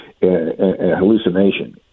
hallucination